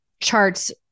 charts